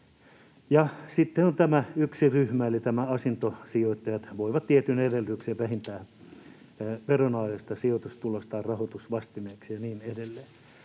Sitten on tämä yksi ryhmä eli asuntosijoittajat, jotka voivat tietyin edellytyksin vähentää veronalaisesta sijoitustulostaan rahoitusvastikkeen ja niin edelleen.